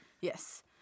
Yes